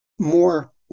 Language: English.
more